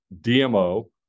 DMO